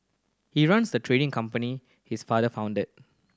he runs the trading company his father founded